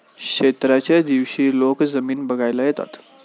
क्षेत्राच्या दिवशी लोक जमीन बघायला येतात